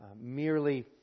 merely